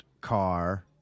car